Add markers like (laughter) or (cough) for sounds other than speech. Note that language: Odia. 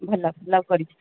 ଭଲ (unintelligible) କରିଛିି